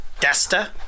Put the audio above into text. Desta